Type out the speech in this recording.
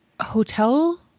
hotel